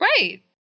right